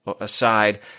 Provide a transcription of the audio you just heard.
aside